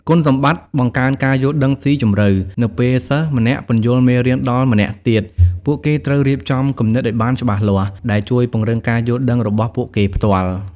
គុណសម្បត្តិបង្កើនការយល់ដឹងស៊ីជម្រៅ នៅពេលសិស្សម្នាក់ពន្យល់មេរៀនដល់ម្នាក់ទៀត ពួកគេត្រូវរៀបចំគំនិតឲ្យបានច្បាស់លាស់ ដែលជួយពង្រឹងការយល់ដឹងរបស់ពួកគេផ្ទាល់។